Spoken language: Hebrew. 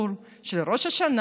אבל אדוני היושב-ראש,